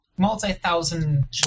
multi-thousand